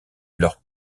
leur